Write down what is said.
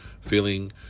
feeling